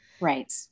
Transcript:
Right